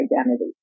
identity